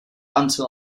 unto